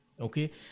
Okay